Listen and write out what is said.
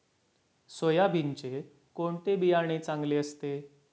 सोयाबीनचे कोणते बियाणे चांगले असते?